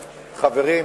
חברים,